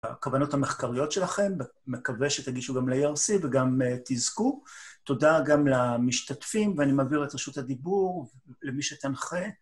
הכוונות המחקריות שלכם, מקווה שתגישו גם ל-ARC וגם תזכו. תודה גם למשתתפים, ואני מעביר את רשות הדיבור למי שתנחה.